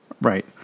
Right